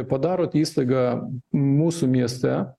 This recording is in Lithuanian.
padarot įstaigą mūsų mieste